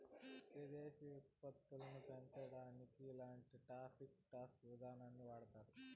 స్వదేశీ ఉత్పత్తులని పెంచే దానికి ఇట్లాంటి టారిఫ్ టాక్స్ విధానాలు వాడతారు